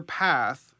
path